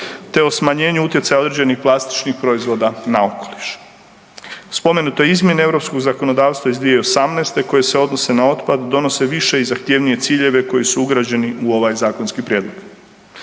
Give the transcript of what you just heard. te o smanjenju utjecaja određenih plastičnih proizvoda na okoliš. Spomenute izmjene europskog zakonodavstva iz 2018. koje odnose na otpad donose više i zahtjevnije ciljeve koji su ugrađeni u ovaj zakonski prijedlog.